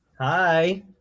Hi